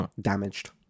damaged